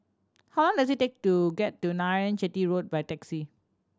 how long does it take to get to Narayanan Chetty Road by taxi